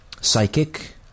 psychic